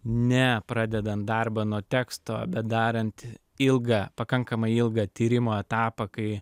ne pradedant darbą nuo teksto bet darant ilgą pakankamai ilgą tyrimo etapą kai